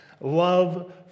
love